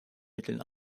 mitteln